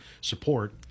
support